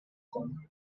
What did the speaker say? kong